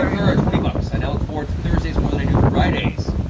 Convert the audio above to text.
curr, ah twenty bucks. i now look forward to thursdays more than i do fridays.